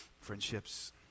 friendships